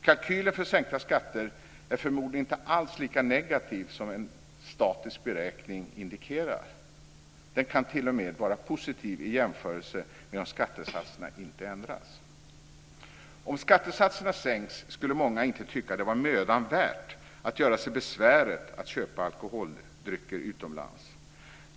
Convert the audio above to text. Kalkylen för sänkta skatter är förmodligen inte alls lika negativ som en statisk beräkning indikerar. Den kan t.o.m. vara positiv i jämförelse med om skattesatserna inte ändras. Om skattesatserna sänks skulle många inte tycka det vara mödan värt att göra sig besväret att köpa alkoholdrycker utomlands.